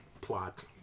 plot